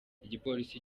igipolisi